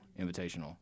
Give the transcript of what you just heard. Invitational